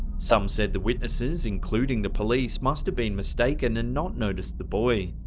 some said the witnesses, including the police must have been mistake, and and not noticed the boy.